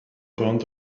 burned